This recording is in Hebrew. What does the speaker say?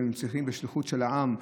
הם מצליחים בשליחות של העם,